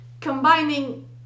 combining